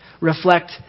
reflect